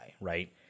right